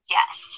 yes